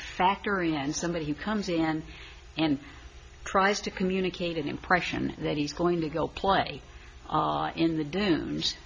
factor in and somebody comes in and tries to communicate an impression that he's going to go play in the dunes